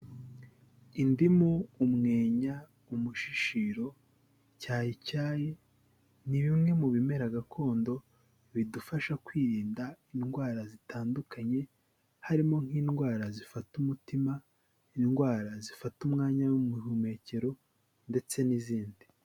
Indimu, umwenya, umushishiro, mucyayicyayi, ni bimwe mu bimera gakondo, bidufasha kwirinda indwara zitandukanye, harimo nk'indwara zifata umutima, indwara zifata umwanya w'ubuhumekero, ndetse n'izindi.